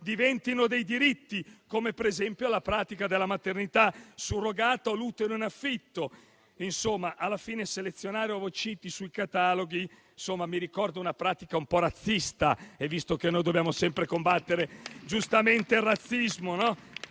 diventare diritti, come per esempio la pratica della maternità surrogata o l'utero in affitto. Insomma, alla fine selezionare ovociti sui cataloghi mi ricorda una pratica un po' razzista*,* mentre giustamente dobbiamo sempre combattere il razzismo.